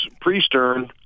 pre-Stern